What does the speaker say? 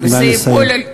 נא לסיים.